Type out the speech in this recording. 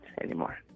anymore